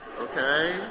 Okay